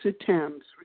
attempts